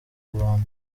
rubanda